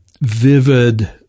vivid